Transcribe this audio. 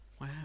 Wow